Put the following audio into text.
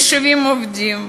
70 עובדים.